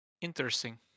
Interesting